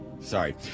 Sorry